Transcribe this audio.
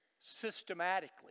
systematically